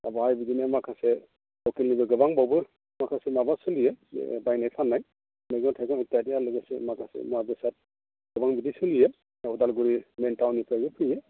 दा बेवहाय बिदिनो माखासे लकेलनिबो गोबां माखासे माबा सोलियो बायनाय फाननाय मैगं थायगं माखासे मुवा बेसाद गोबां बिदि सोलियो उदालगुरि मेइन टाउननिफ्रायबो फैयो